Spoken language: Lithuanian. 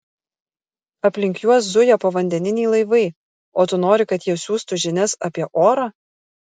aplink juos zuja povandeniniai laivai o tu nori kad jie siųstų žinias apie orą